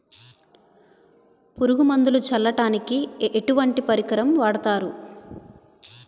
పురుగు మందులు చల్లడానికి ఎటువంటి పరికరం వాడతారు?